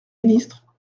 ministre